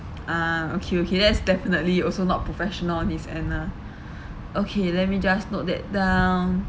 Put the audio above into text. ah okay okay that's definitely also not professional on his end ah okay let me just note that down